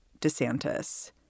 Desantis